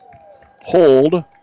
Hold